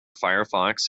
firefox